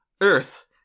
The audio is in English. Earth